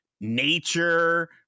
nature